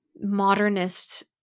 modernist